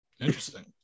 Interesting